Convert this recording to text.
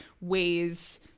ways